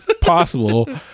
possible